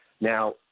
Now